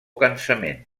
cansament